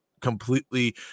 completely